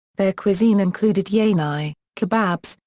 their cuisine included yahni, kebabs,